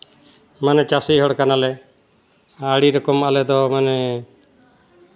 ᱢᱟᱱᱮ ᱪᱟᱹᱥᱤ ᱦᱚᱲ ᱠᱟᱱᱟᱞᱮ ᱟᱹᱰᱤ ᱨᱚᱠᱚᱢ ᱟᱞᱮ ᱫᱚ ᱢᱟᱱᱮ